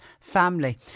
family